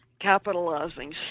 capitalizing